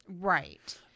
Right